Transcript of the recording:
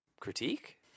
critique